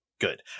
good